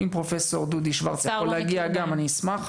אם פרופ' דודי שוורץ יכול להגיע גם אני אשמח.